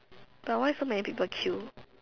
but why so many people queue